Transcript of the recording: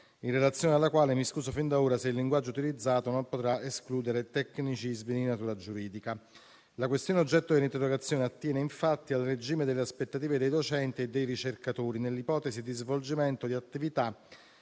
in relazione alla quale mi scuso fin da ora se il linguaggio utilizzato non potrà escludere tecnicismi di natura giuridica. La questione oggetto dell'interrogazione attiene, infatti, al regime delle aspettative dei docenti e dei ricercatori nell'ipotesi di svolgimento di attività